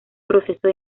proceso